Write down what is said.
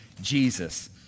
Jesus